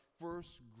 first